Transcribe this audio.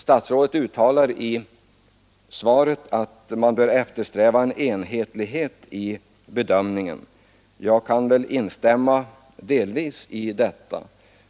Statsrådet säger bara att man bör eftersträva enhetlighet i bedömningen. Jag kan delvis instämma i det.